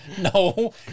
No